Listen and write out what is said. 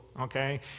okay